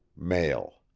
male.